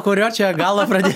kurio čia galo pradė